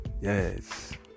yes